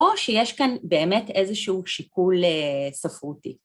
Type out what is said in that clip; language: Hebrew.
‫או שיש כאן באמת איזשהו שיקול ספרותי.